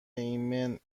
ایمن